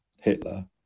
Hitler